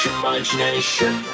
imagination